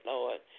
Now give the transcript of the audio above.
Lord